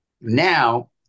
Now